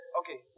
okay